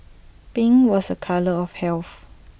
pink was A colour of health